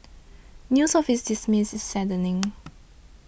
news of his demise is saddening